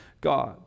God